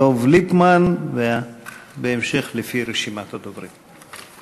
דב ליפמן, ובהמשך לפי רשימת הדוברים.